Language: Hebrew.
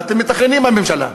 מה אתם מתכננים בממשלה?